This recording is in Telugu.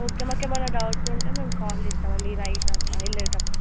ఓకే మాకు ఏమైన్న డౌట్ ఉంటే మేము కాల్ చేస్తాం అండి ఈ నైట్ అలా వెళ్ళేటప్పుడు